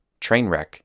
Trainwreck